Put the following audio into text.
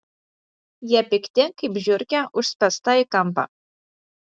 jie pikti kaip žiurkė užspęsta į kampą